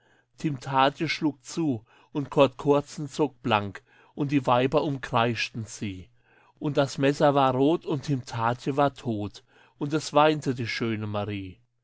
timm taadje schlug zu und kord kordsen zog blank und die weiber umkreischten sie und das messer war rot und timm taadje war tot und es weinte die schöne marie